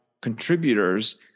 contributors –